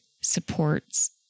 supports